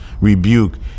rebuke